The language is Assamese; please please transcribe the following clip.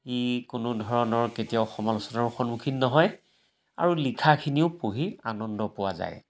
ই কোনো ধৰণৰ কেতিয়াও সমালোচনৰ সন্মুখীন নহয় আৰু লিখাখিনিও পঢ়ি আনন্দ পোৱা যায়